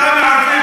ולכן,